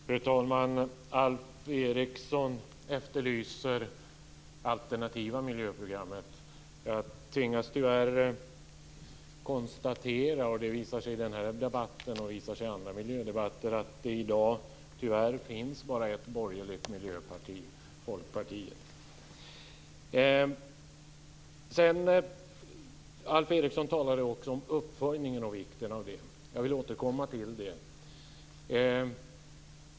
Fru talman! Alf Eriksson efterlyser alternativa miljöprogram. Jag tvingas tyvärr konstatera - och det har visat sig i den här debatten, och det har visat sig i andra miljödebatter - att det i dag bara finns ett borgerligt miljöparti, nämligen Folkpartiet. Alf Eriksson talade också om vikten av uppföljning. Jag vill återkomma till det.